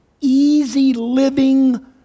easy-living